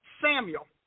Samuel